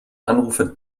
anrufer